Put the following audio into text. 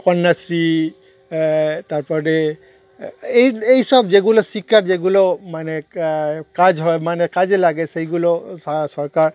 কন্যাশ্রী তার পরে এই এই সব যেগুলো শিক্ষার যেগুলো মানে কা কাজ হয় মানে কাজে লাগে সেইগুলো সার সরকার